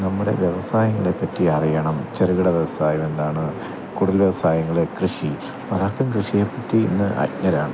നമ്മുടെ വ്യവസായങ്ങളെ പറ്റി അറിയണം ചെറുകിട വ്യവസായം എന്താണ് കുടിൽ വ്യവസായങ്ങള് കൃഷി പലർക്കും കൃഷിയെപ്പറ്റി ഇന്ന് അജ്ഞരാണ്